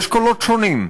יש קולות שונים.